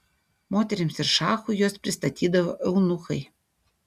moterims ir šachui juos pristatydavo eunuchai